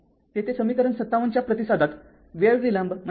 तेथे समीकरण ५७ च्या प्रतिसादात वेळ विलंब आहे